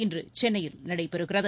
இன்று சென்னையில் நடைபெறுகிறது